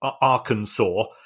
Arkansas